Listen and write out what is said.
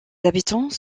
habitants